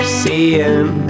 seeing